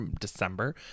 December